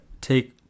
take